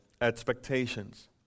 expectations